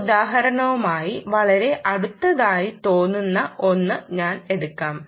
ഈ ഉദാഹരണവുമായി വളരെ അടുത്തതായി തോന്നുന്ന ഒന്ന് ഞാൻ എടുക്കാം